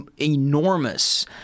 enormous